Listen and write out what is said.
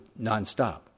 nonstop